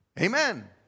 Amen